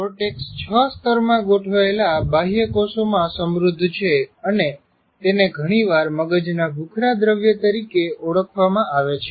કોર્ટેક્સએ છ સ્તરમાં ગોઠવાયેલા બાહ્યક કોષોમાં સમૃધ છે અને તેને ઘણીવાર મગજના ભૂખરા દ્રવ્ય તરીકે ઓળખવામાં આવે છે